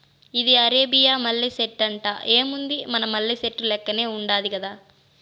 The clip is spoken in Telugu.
ఇది అరేబియా మల్లె సెట్టంట, ఏముంది మన మల్లె సెట్టు లెక్కనే ఉండాది గదా